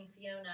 Fiona